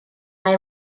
mae